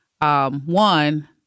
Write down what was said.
One